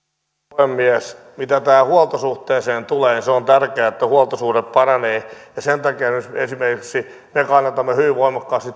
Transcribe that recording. mitä tähän huoltosuhteeseen tulee niin se on tärkeää että huoltosuhde paranee ja sen takia esimerkiksi me kannatamme hyvin voimakkaasti